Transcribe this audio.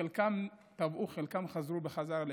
חלקם טבעו, חלקם חזרו בחזרה לאתיופיה.